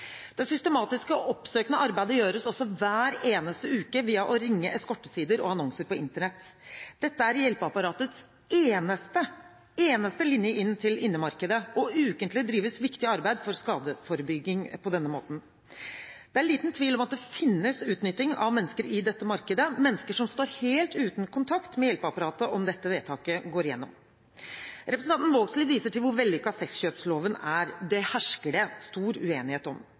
Det systematiske og oppsøkende arbeidet gjøres også hver eneste uke via å ringe eskortesider og annonser på Internett. Dette er hjelpeapparatets eneste – eneste! – linje inn til innemarkedet, og ukentlig drives viktig arbeid for skadeforebygging på denne måten. Det er liten tvil om at det finnes utnytting av mennesker i dette markedet, mennesker som står helt uten kontakt med hjelpeapparatet om dette vedtaket går igjennom. Representanten Vågslid viser til hvor vellykket sexkjøpsloven er. Det hersker det stor uenighet om.